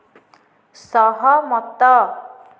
ସହମତ